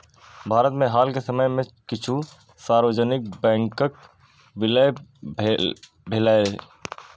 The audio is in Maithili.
भारत मे हाल के समय मे किछु सार्वजनिक बैंकक विलय भेलैए